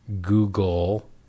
Google